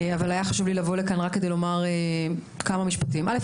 היה חשוב לי לבוא לכאן רק כדי לומר כמה משפטים: א',